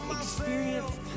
experience